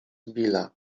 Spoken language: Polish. billa